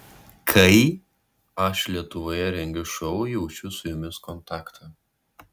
kai aš lietuvoje rengiu šou jaučiu su jumis kontaktą